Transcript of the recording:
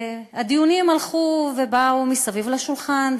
הדיונים הלכו ובאו מסביב לשולחן,